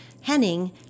Henning